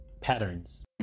patterns